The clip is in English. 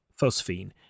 phosphine